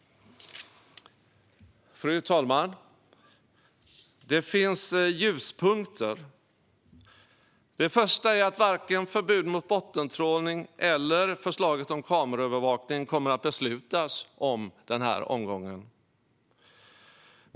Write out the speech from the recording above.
Fru talman! Det finns ljuspunkter. Det första är att varken förbud mot bottentrålning eller förslaget om kameraövervakning kommer att beslutas om i den här omgången.